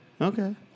Okay